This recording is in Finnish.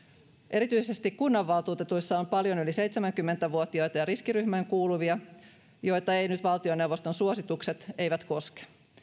erityisesti kunnanvaltuutetuissa on paljon yli seitsemänkymmentä vuotiaita ja riskiryhmään kuuluvia joita valtioneuvoston suositukset eivät nyt koske